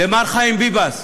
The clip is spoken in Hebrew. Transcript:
למר חיים ביבס,